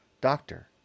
Doctor